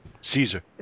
Caesar